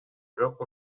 бирок